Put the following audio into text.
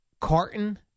Carton